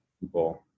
people